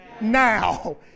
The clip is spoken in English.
Now